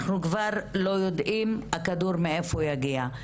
אנחנו לא יודעים מאיפה הכדור יגיע,